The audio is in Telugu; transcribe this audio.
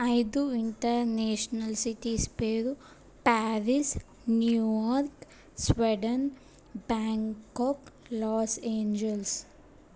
ఐదు ఇంటర్నేషనల్ సిటీస్ పేరు Paris New York Sweden Bangkok Los Angeles